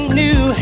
new